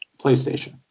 PlayStation